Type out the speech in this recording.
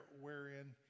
wherein